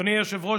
אדוני היושב-ראש,